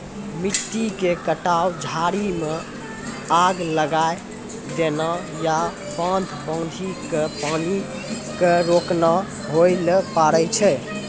मिट्टी के कटाव, झाड़ी मॅ आग लगाय देना या बांध बांधी कॅ पानी क रोकना होय ल पारै छो